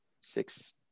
six